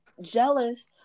jealous